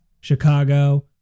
Chicago